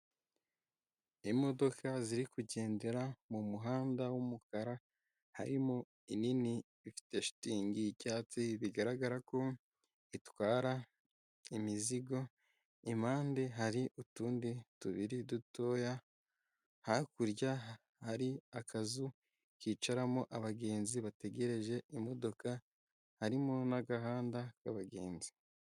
Imodoka ziri kugendera mu muhanda w'umukara harimo inini ifite shitingi y'icyatsi bigaragara ko itwara imizigo; impande hari utundi tubiri dutoya, hakurya hari akazu kicaramo abagenzi bategereje imodoka, harimo n'agahanda k'abagenzi.